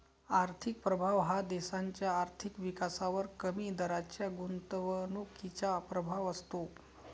आर्थिक प्रभाव हा देशाच्या आर्थिक विकासावर कमी दराच्या गुंतवणुकीचा प्रभाव असतो